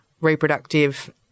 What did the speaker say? reproductive